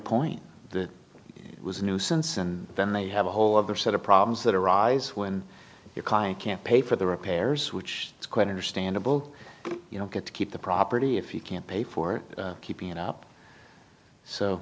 point the was a nuisance and then they have a whole other set of problems that arise when your client can't pay for the repairs which is quite understandable you don't get to keep the property if you can't pay for keeping it up so